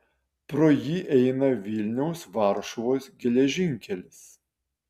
pro jį eina vilniaus varšuvos geležinkelis